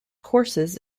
courses